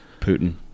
Putin